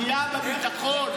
פגיעה בביטחון,